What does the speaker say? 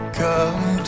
come